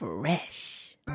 Fresh